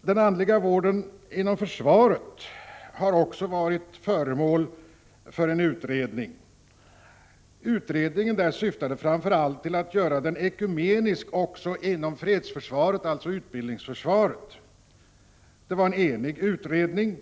Den andliga vården inom försvaret har också varit föremål för en utredning. Den utredningen syftade framför allt till att göra den andliga vården ekumenisk också inom fredsförsvaret, alltså utbildningsförsvaret. Det var en enig utredning,